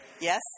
Yes